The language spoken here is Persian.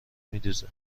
میدوزه